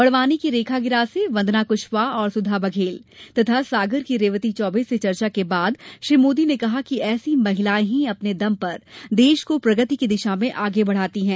बड़वानी की रेखा गिरासे वंदना कुशवाहा और सुधा बघेल तथा सागर की रेवती चौबे से चर्चा के बाद श्री मोदी ने कहा कि ऐसी महिलाएं ही अपने दम पर देश को प्रगति की दिशा में आगे बढ़ाती हैं